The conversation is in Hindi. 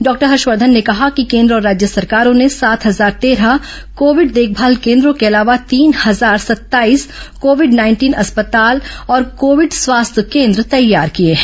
डॉक्टर हर्ष वर्धन ने कहा कि केन्द्र और राज्य सरकारों ने सात हजार तेरह कोविड देखभाल केन्द्रों के अलावा तीन हजार सत्ताईस कोविड नाइंटीन अस्पताल और कोविड स्वास्थ्य केन्द्र तैयार किये हैं